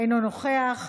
אינו נוכח,